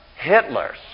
Hitlers